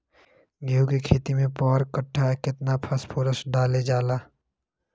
गेंहू के खेती में पर कट्ठा केतना फास्फोरस डाले जाला?